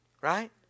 Right